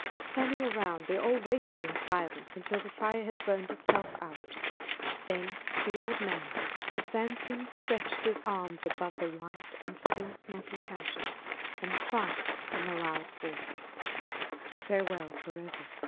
standing around they all waited in silence until the fire had burnt itself out then the old man advancing stretched his arms above the white and still smoking ashes and cried in a loud voice farewell forever,